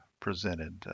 presented